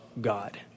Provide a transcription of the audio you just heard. God